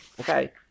Okay